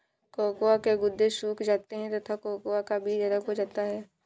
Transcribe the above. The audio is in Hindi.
कोकोआ के गुदे सूख जाते हैं तथा कोकोआ का बीज अलग हो जाता है